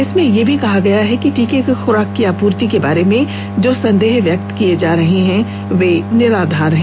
इसमें यह भी कहा गया है कि टीके की खुराक की आपूर्ति के बारे में जो संदेह व्यक्त किए जा रहे हैं वे निराधार हैं